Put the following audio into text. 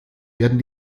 werden